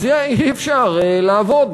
אי-אפשר לעבוד.